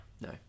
no